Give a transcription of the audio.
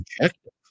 objective